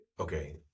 okay